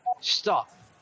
stop